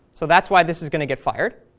so that's why this is going to get fired.